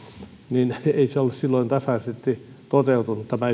niin ei ole silloin tasaisesti toteutunut tämä